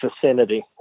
vicinity